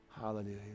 Hallelujah